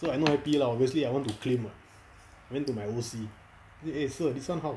so I not happy ah obviously I want to claim I went to my O_C eh sir this [one] how